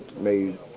made